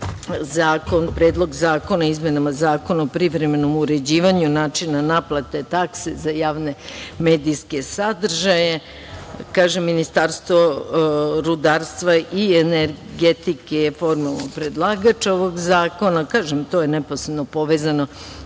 zakon, Predlog zakona o izmenama Zakona o privremenom uređivanju načina naplate takse za javne medijske sadržaje. Ministarstvo rudarstva i energetike formalno je predlagač ovog zakona. Kažem, to je neposredno povezano